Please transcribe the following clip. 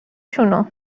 شونو